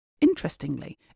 Interestingly